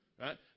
right